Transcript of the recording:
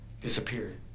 disappeared